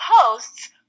posts